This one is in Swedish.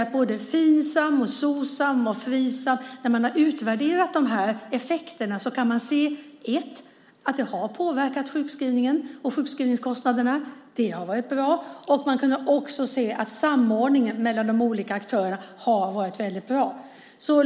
Men när man har utvärderat effekterna av Finsam, Socsam och Frisam kan man se att de har påverkat sjukskrivningen och sjukskrivningskostnaden, vilket har varit bra, liksom att samordningen mellan de olika aktörerna har varit bra.